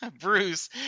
Bruce